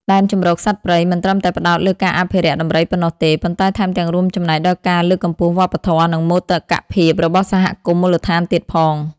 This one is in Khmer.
ដែនជម្រកសត្វព្រៃមិនត្រឹមតែផ្តោតលើការអភិរក្សដំរីប៉ុណ្ណោះទេ ប៉ុន្តែថែមទាំងរួមចំណែកដល់ការលើកកម្ពស់វប្បធម៌ និងមោទកភាពរបស់សហគមន៍មូលដ្ឋានទៀតផង។